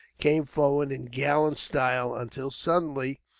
came forward in gallant style until suddenly,